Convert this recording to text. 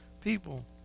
people